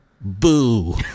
boo